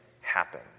happen